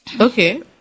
Okay